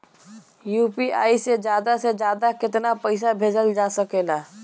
UPI से ज्यादा से ज्यादा केतना पईसा भेजल जा सकेला?